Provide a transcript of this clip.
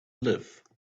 live